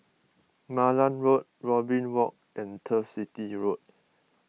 Malan Road Robin Walk and Turf City Road